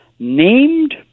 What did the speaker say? named